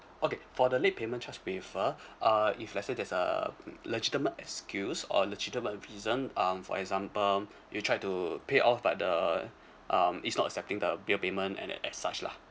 okay for the late payment charge waiver uh if let's say there's a um legitimate excuse or legitimate reason um for example you tried to pay off but the um it's not accepting the bill payment and then as such lah